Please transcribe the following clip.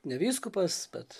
ne vyskupas bet